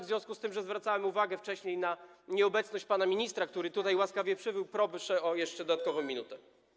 W związku z tym, że zwracałem uwagę wcześniej na nieobecność pana ministra, który tutaj łaskawie przybył, proszę o dodatkową minutę.